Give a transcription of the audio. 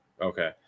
Okay